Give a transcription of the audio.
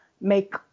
make